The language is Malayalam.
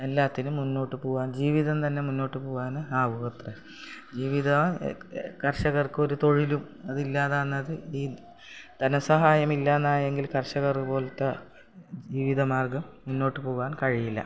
എല്ലാത്തിനും മുന്നോട്ട് പോവാൻ ജീവിതം തന്നെ മുന്നോട്ട് പോവാൻ ആവൂ അത്രെ ജീവിത കർഷകർക്ക് ഒരു തൊഴിലും അതില്ലാതാവുന്നത് ഈ ധനസഹായം ഇല്ല എന്നായെങ്കിൽ കർഷകർ പോലത്തെ ജീവിതമാർഗ്ഗം മുന്നോട്ട് പോവാൻ കഴിയില്ല